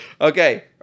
Okay